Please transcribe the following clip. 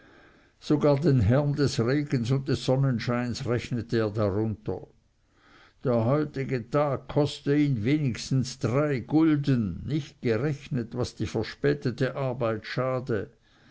sogar den herrn des regens und des sonnenscheins rechnete er darunter der heutige tag koste ihn wenigstens drei gulden nicht gerechnet was die verspätete arbeit schade